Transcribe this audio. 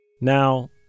Now